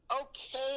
Okay